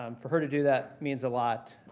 um for her to do that means a lot.